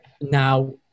now